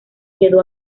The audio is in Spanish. quedó